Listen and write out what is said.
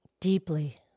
deeply